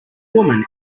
woman